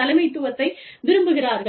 தலைமைத்துவத்தை விரும்புகிறார்கள்